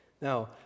Now